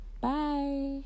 Bye